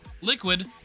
Liquid